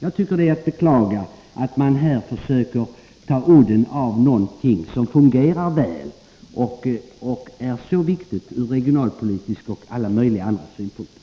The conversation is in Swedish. Det är att beklaga att man här försöker ta udden av något som fungerar väl och är mycket viktigt både från regionalpolitisk synpunkt och från många andra synpunkter.